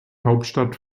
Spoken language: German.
hauptstadt